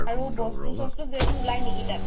আৰু বস্তু চস্তু কিবাকিবি ওলাই নেকি তাত